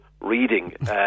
reading